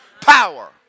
power